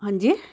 ਹਾਂਜੀ